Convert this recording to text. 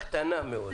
בדיוק.